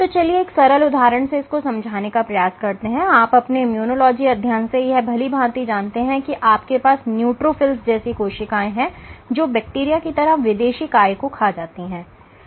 तो चलिए एक सरल उदाहरण से इसको समझने का प्रयास करते हैं आप अपने इम्यूनोलॉजी अध्ययन से यह भली भांति जानते हैं आपके पास न्युट्रोफिल्स जैसी कोशिकाएं है जो बैक्टीरिया की तरह विदेशी काय को खा जाती हैं